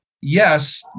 yes